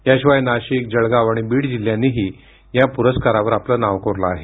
याशिवाय नाशिक जळगाव आणि बीड जिल्ह्यांनीही या पुरस्कारावर आपले नाव कोरले आहे